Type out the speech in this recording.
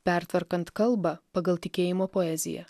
pertvarkant kalbą pagal tikėjimo poeziją